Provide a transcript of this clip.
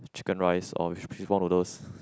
Chicken Rice or fishball noodles